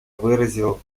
выразил